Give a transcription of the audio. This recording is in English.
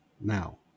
now